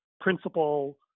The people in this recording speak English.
principle